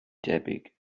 debyg